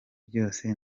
byose